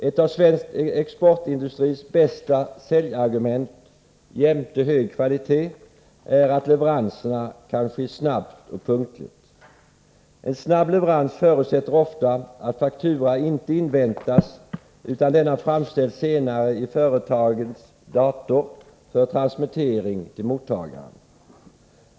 Ett av svensk exportindustris bästa säljargument, jämte hög kvalitet, är att leveranserna kan ske snabbt och punktligt. En snabb leverans förutsätter ofta att fakturan inte inväntas, utan denna framställs senare i företagets dator för transmittering till mottagaren.